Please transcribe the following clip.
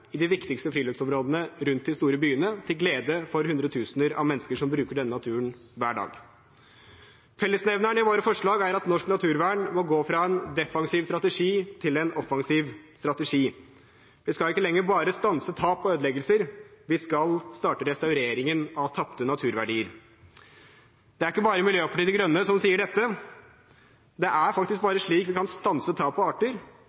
i de viktigste friluftsområdene rundt de store byene – til glede for hundretusener av mennesker som bruker denne naturen hver dag. Fellesnevneren i våre forslag er at norsk naturvern må gå fra en defensiv til en offensiv strategi. Vi skal ikke lenger bare stanse tap og ødeleggelser, vi skal starte restaureringen av tapte naturverdier. Det er ikke bare Miljøpartiet De Grønne som sier dette, det er faktisk bare slik vi kan stanse tap av arter.